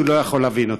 לא יכול להבין אותה.